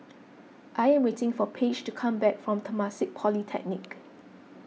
I am waiting for Paige to come back from Temasek Polytechnic